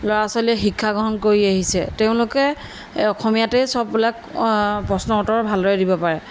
ল'ৰা ছোৱালীয়ে শিক্ষা গ্ৰহণ কৰি আহিছে তেওঁলোকে অসমীয়াতেই চববিলাক প্ৰশ্ন উত্তৰ ভালদৰে দিব পাৰে